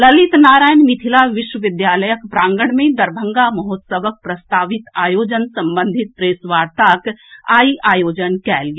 ललित नारायण मिथिला विश्वविद्यालय प्रांगण मे दरभंगा महोत्सवक प्रस्तावित आयोजन संबंधित प्रेस वार्ताक आइ आयोजन कयल गेल